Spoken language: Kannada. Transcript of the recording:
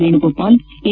ವೇಣುಗೋಪಾಲ್ ಎನ್